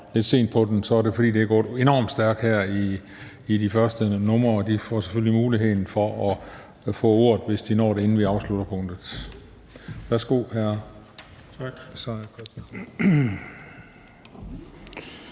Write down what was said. lidt sent på den, så er det, fordi det er gået enormt stærkt her med de første punkter. De får selvfølgelig muligheden for at få ordet, hvis de når det, inden vi afslutter punktet. Værsgo til